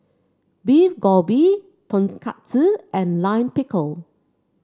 Beef Galbi Tonkatsu and Lime Pickle